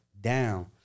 down